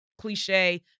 cliche